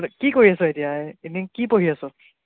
কি কৰি আছ এনেই এতিয়া কি পঢ়ি আছ